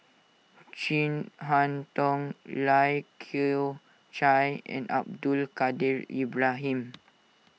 Chin Harn Tong Lai Kew Chai and Abdul Kadir Ibrahim